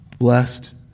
Blessed